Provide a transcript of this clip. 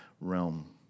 realm